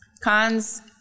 Cons